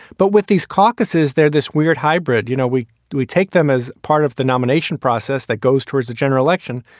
but with these caucuses, they're this weird hybrid. you know, we do we take them as part of the nomination process that goes towards the general election.